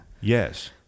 Yes